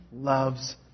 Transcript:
loves